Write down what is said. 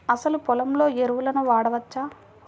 అసలు పొలంలో ఎరువులను వాడవచ్చా?